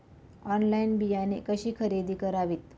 Online बियाणे कशी खरेदी करावीत?